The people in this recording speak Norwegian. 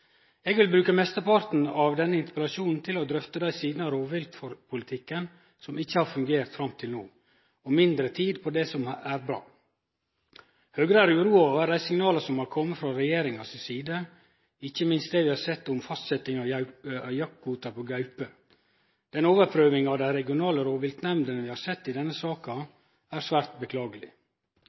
Eg vil bruke mesteparten av denne interpellasjonen til å drøfte dei sidene av rovviltpolitikken som ikkje har fungert fram til no, og mindre tid på det som er bra. Høgre er uroa over dei signala som har kome frå regjeringa si side, ikkje minst det vi har sett om fastsetjing av jaktkvotar for gaupe. Den overprøvinga av dei regionale rovviltnemndene vi har sett i denne saka, er svært beklageleg.